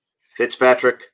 Fitzpatrick